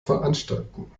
veranstalten